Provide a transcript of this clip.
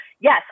yes